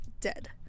dead